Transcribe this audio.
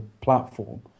platform